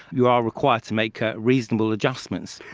you are required to make ah reasonable adjustments.